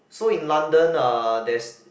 so in London ah there's